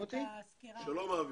שלום.